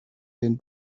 den